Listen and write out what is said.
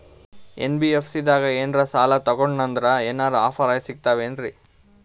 NBFC ದಾಗ ಏನ್ರ ಸಾಲ ತೊಗೊಂಡ್ನಂದರ ಏನರ ಆಫರ್ ಸಿಗ್ತಾವೇನ್ರಿ?